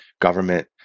government